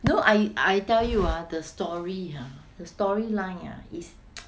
know I I tell you ah the story ah the story line ah